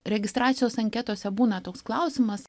registracijos anketose būna toks klausimas